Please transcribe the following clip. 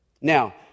Now